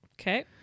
Okay